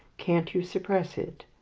can't you suppress it?